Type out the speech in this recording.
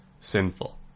sinful